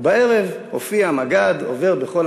בערב הופיע המג"ד, עובר בכל